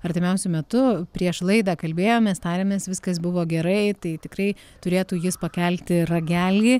artimiausiu metu prieš laidą kalbėjomės tarėmės viskas buvo gerai tai tikrai turėtų jis pakelti ragelį